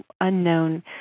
unknown